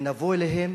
ונבוא אליהם